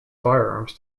firearms